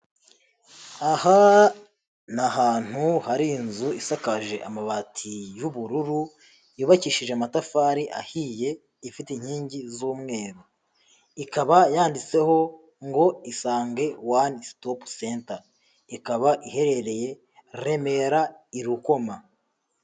Aha ni ahantu hari inzu isakaje amabati y'ubururu yubakishije amatafari ahiye ifite inkingi z'umweru, ikaba yanditseho ngo isange wane sitopu senta, ikaba iherereye Remera i Rukoma.